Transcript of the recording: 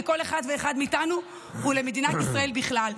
לכל אחד ואחד מאיתנו ולמדינת ישראל בכלל.